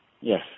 Yes